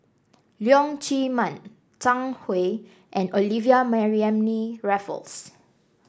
Leong Chee Mun Zhang Hui and Olivia Mariamne Raffles